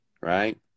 right